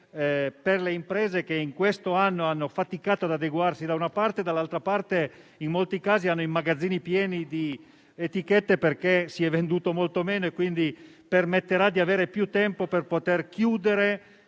per le imprese che in questo anno hanno faticato ad adeguarsi da una parte e dall'altra parte in molti casi hanno i magazzini pieni di etichette, perché si è venduto molto meno, permetterà di avere più tempo per poter chiudere